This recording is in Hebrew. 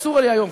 אסור לי היום,